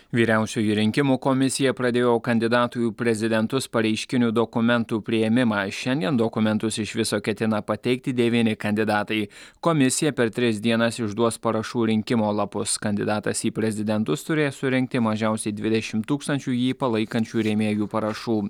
vyriausioji rinkimų komisija pradėjo kandidatų prezidentus pareiškinių dokumentų priėmimą šiandien dokumentus iš viso ketina pateikti devyni kandidatai komisija per tris dienas išduos parašų rinkimo lapus kandidatas į prezidentus turės surinkti mažiausiai dvidešimt tūkstančių jį palaikančių rėmėjų parašų